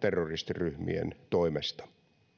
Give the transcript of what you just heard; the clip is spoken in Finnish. terroristiryhmien toimesta